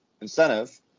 incentive